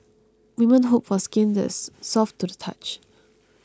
women hope for skin that is soft to the touch